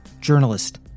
Journalist